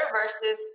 versus